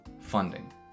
funding